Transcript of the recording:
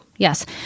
Yes